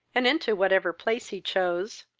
and into whatever place he chose,